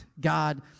God